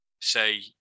say